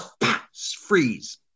freeze